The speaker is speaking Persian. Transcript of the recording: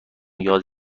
یاد